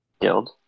Guild